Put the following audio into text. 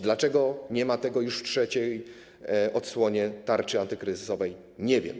Dlaczego nie ma tego w już trzeciej odsłonie tarczy antykryzysowej, nie wiem.